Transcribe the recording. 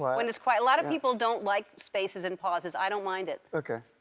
when it's quiet. a lot of people don't like spaces and pauses. i don't mind it. okay.